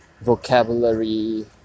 vocabulary